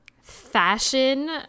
fashion